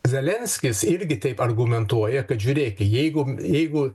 zelenskis irgi taip argumentuoja kad žiūrėk jeigu jeigu